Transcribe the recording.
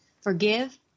Forgive